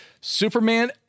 Superman